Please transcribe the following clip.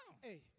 Hey